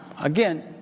again